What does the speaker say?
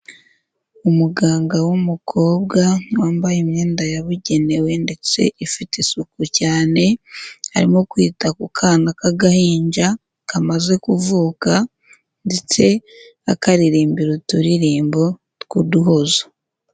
Umuganga w'umukobwa wambaye imyenda yabugenewe ndetse ifite isuku cyane, arimo kwita ku kana k'agahinja kamaze kuvuka ndetse akaririmbira uturirimbo tw'uduhozo.